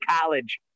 College